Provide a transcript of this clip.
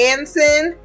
Anson